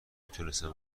تونستم